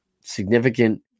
significant